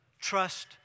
Trust